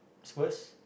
suppose